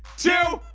two,